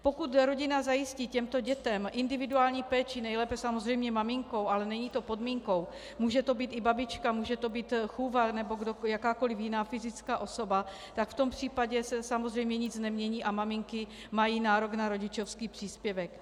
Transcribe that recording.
Pokud rodina zajistí těmto dětem individuální péči, nejlépe samozřejmě maminkou, ale není to podmínkou, může to být i babička, může to být chůva nebo jakákoliv jiná fyzická osoba, tak v tom případě se samozřejmě nic nemění a maminky mají nárok na rodičovský příspěvek.